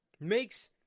Makes